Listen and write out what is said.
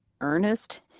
Ernest